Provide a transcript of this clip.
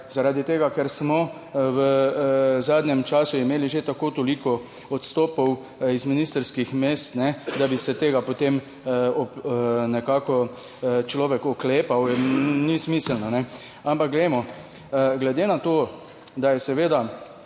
Zaradi tega, ker smo v zadnjem času imeli že tako toliko odstopov iz ministrskih mest, da bi se tega potem nekako človek oklepal in ni smiselno. Ampak gremo, glede na to, da je seveda,